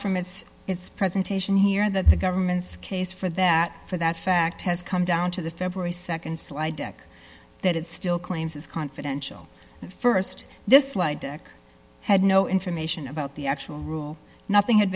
from as its presentation here that the government's case for that for that fact has come down to the february nd slide deck that it still claims is confidential st the slide deck had no information about the actual rule nothing had